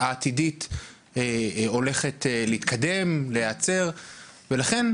העתידית הולכת להתקדם או להיעצר ולכן,